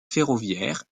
ferroviaire